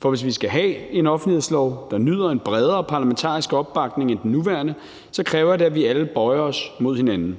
For hvis vi skal have en offentlighedslov, der nyder en bredere parlamentarisk opbakning end den nuværende, så kræver det, at vi alle bøjer os mod hinanden.